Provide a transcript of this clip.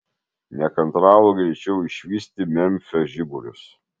nekantravo greičiau išvysti memfio žiburius